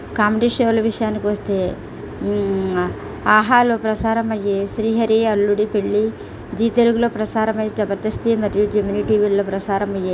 comedy షోలు విషయానికి వస్తే ఆహాలో ప్రసారమయ్యే శ్రీహరి అల్లుడు పెళ్ళి జీ తెలుగులో ప్రసారమయ్యే జబర్దస్త్ మరియు జెమినీ టీవీలలో ప్రసారమయ్యే